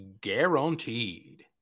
guaranteed